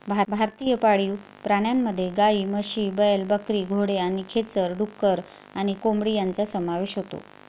भारतीय पाळीव प्राण्यांमध्ये गायी, म्हशी, बैल, बकरी, घोडे आणि खेचर, डुक्कर आणि कोंबडी यांचा समावेश होतो